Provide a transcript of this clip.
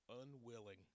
unwilling